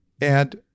And-